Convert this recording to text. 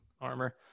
armor